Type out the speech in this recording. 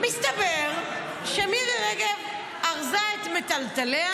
מסתבר שמירי רגב ארזה את מיטלטליה